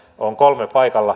on kolme